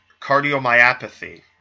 cardiomyopathy